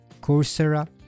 Coursera